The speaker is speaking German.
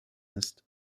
ist